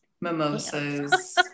Mimosas